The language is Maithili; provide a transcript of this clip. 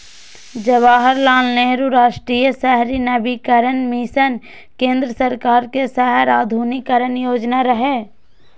जवाहरलाल नेहरू राष्ट्रीय शहरी नवीकरण मिशन केंद्र सरकार के शहर आधुनिकीकरण योजना रहै